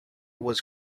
was